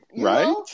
Right